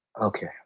Okay